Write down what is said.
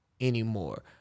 Anymore